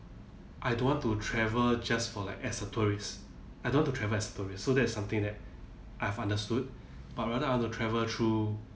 I don't want to travel just for like as a tourist I don't want to travel as a tourist so that's something that I've understood but rather I want to travel through